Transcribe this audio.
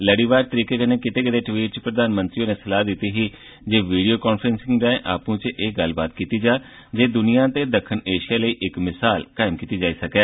लड़ीवार तरीके कन्नै कीते गेदे ट्वीट च प्रधानमंत्री होरें सलाह दित्ती ही जे वीडियो कांफ्रेंसिंग राएं आपूं च एह गल्लबात कीती जा तां जे दुनिया ते दक्खन एशिया लेई इक मिशाल कायम कीती जाई सकै